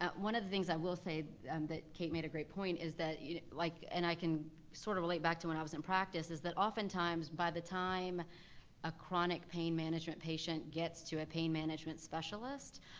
ah one of the things i will say that kate made a great point, is that, you know like and i can sort of relate back to when i was in practice, is that oftentimes, by the time a chronic pain management patient gets to a pain management specialist,